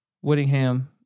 Whittingham